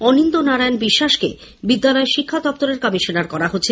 অনিন্দ্য নারায়ন বিশ্বাসকে বিদ্যালয় শিক্ষা দপ্তরের কমিশনার করা হচ্ছে